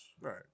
Right